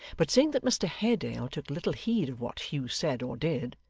but seeing that mr haredale took little heed of what hugh said or did,